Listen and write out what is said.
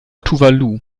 tuvalu